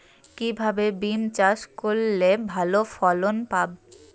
কিভাবে বিম চাষ করলে ভালো ফলন পাব?